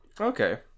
Okay